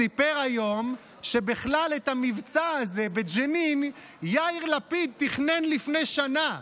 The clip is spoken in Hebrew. סיפר היום שבכלל את המבצע הזה בג'נין יאיר לפיד תכנן לפני שנה,